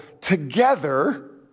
together